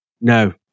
No